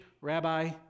rabbi